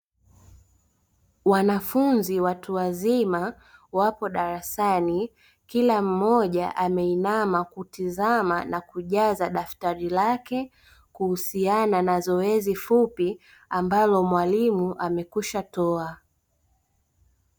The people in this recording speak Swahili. Wanafunzi watu wazima wapo darasani kila mmoja ameinama kutizama na kujaza daftari lake, kuhusiana na zoezi fupi ambalo mwalimu amekwisha toa.